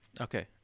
Okay